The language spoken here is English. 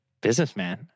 businessman